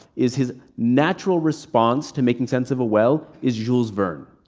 is his natural response to making sense of a well is jules verne.